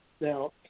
Now